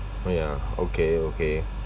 oh ya okay okay